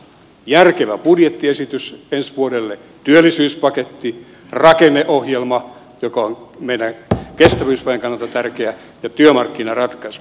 järkevä budjettiesitys ensi vuodelle työllisyyspaketti rakenneohjelma joka on meidän kestävyysvajeemme kannalta tärkeä ja työmarkkinaratkaisut